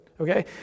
Okay